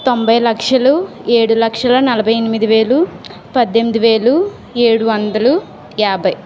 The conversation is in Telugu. తొంభై లక్షలు ఏడు లక్షల నలభై ఎనిమిది వేలు పద్దెనిమిది వేలు ఏడు వందలు యాభై